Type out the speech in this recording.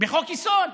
בחוק-יסוד.